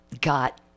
got